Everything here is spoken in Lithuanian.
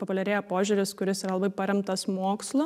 populiarėja požiūris kuris yra labai paremtas mokslu